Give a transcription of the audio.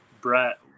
Brett